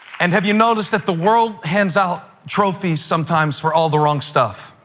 and have you noticed that the world hands out trophies sometimes for all the wrong stuff?